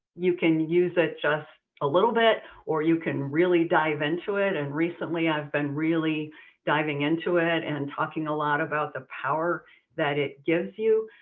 you can use it just a little bit or you can really dive into it. and recently i've been really diving into it and talking a lot about the power that it gives you.